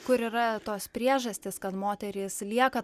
kur yra tos priežastys kad moterys lieka